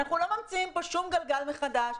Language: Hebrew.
אנחנו לא ממציאים כאן שום גלגל מחדש.